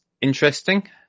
interesting